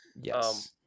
Yes